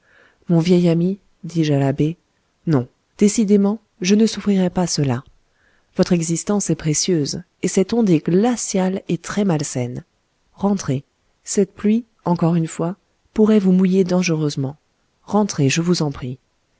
mon vieil ami dis-je à l'abbé non décidément je ne souffrirai pas cela votre existence est précieuse et cette ondée glaciale est très malsaine rentrez cette pluie encore une fois pourrait vous mouiller dangereusement rentrez je vous en prie